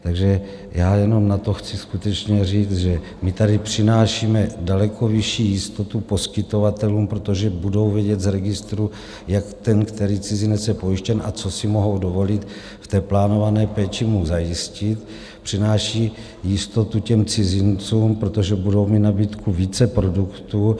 Takže já jenom na to chci skutečně říct, že my tady přinášíme daleko vyšší jistotu poskytovatelům, protože budou vědět z registru, jak ten který cizinec je pojištěn a co si mohou dovolit v té plánované péči mu zajistit, přináší jistotu těm cizincům, protože budou mít nabídku více produktů.